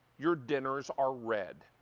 your dinners are red.